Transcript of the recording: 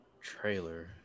trailer